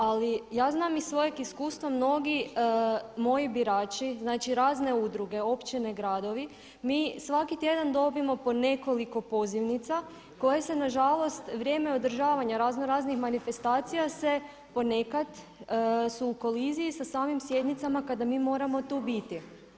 Ali ja znam iz svojeg iskustva, mnogi moji birači, znači razne udruge, općine, gradovi, mi svaki tjedan dobijemo po nekoliko pozivnica koje se nažalost vrijeme održavanja razno raznih manifestacija se ponekad, su u koliziji sa samim sjednicama kada mi moramo tu biti.